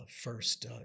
first